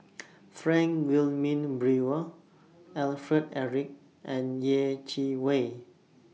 Frank Wilmin Brewer Alfred Eric and Yeh Chi Wei